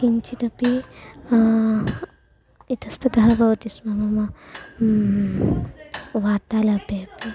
किञ्चिदपि इतस्ततः भवति स्म मम वार्तालापे